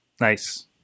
nice